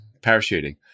parachuting